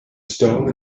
stone